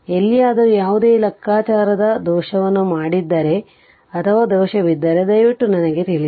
ಎಲ್ಲಿಯಾದರೂ ಯಾವುದೇ ಲೆಕ್ಕಾಚಾರದ ದೋಷವನ್ನು ಮಾಡಿದ್ದರೆ ಅಥವಾ ದೋಷವಿದ್ದರೆ ದಯವಿಟ್ಟು ನನಗೆ ತಿಳಿಸಿ